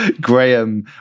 Graham